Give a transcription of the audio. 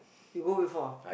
you go before